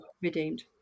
redeemed